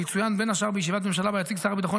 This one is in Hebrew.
ויצוין בין השאר בישיבת ממשלה שבה יציג שר הביטחון